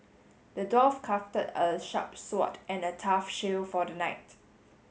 the dwarf crafted a sharp sword and a tough shield for the knight